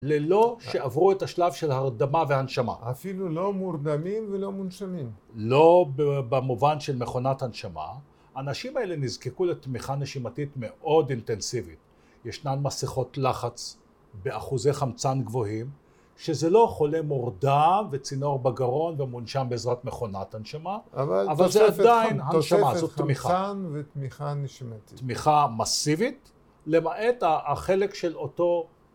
ללא שעברו את השלב של הרדמה והנשמה. אפילו לא מורדמים ולא מונשמים. לא במובן של מכונת הנשמה. האנשים האלה נזקקו לתמיכה נשימתית מאוד אינטנסיבית. ישנן מסכות לחץ באחוזי חמצן גבוהים, שזה לא חולה מורדם וצינור בגרון ומונשם בעזרת מכונת הנשמה, אבל זה עדיין תוספת חמצן ותמיכה נשמתית. תמיכה מסיבית, למעט החלק של אותו.